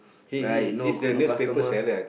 like no no customer